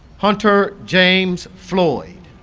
hunter james floyd